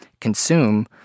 consume